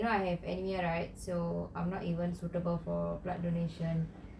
but you know I have anaemia right so I'm not even suitable for blood donation